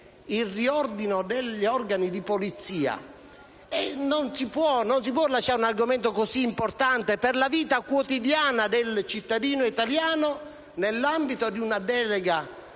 al riordino degli organi di polizia: non si può lasciare un argomento così importante per la vita quotidiana del cittadino italiano nell'ambito di una delega